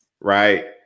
Right